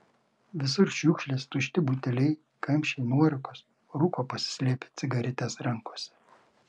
visur šiukšlės tušti buteliai kamščiai nuorūkos rūko pasislėpę cigaretes rankose